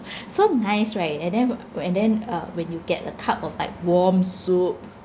so nice right and then and then uh when you get a cup of like warm soup